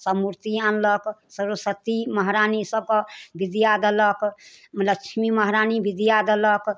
सब मूर्ति आनलक सरस्वती महरानी सबके विद्या देलक लक्ष्मी महरानी विद्या देलक